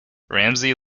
ramsay